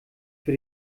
für